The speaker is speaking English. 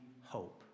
hope